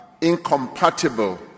incompatible